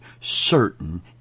certain